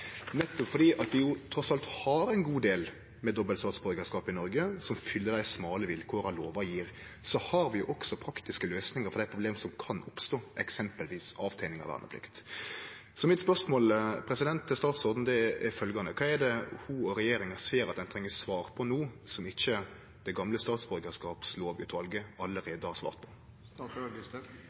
Nettopp fordi vi trass alt har ein god del menneske med dobbelt statsborgarskap i Noreg, som fyller dei smale vilkåra lova gir, så har vi også praktiske løysingar for dei problema som kan oppstå, eksempelvis når ein skal avtene verneplikt. Så mitt spørsmål til statsråden er følgjande: Kva er det ho og regjeringa ser at ein treng svar på no, som ikkje det gamle statsborgarlovutvalet allereie har svart